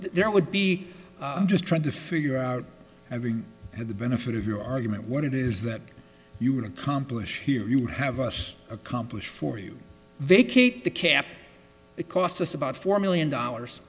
there would be i'm just trying to figure out having had the benefit of your argument what it is that you would accomplish here you would have us accomplish for you vacate the cap it cost us about four million dollars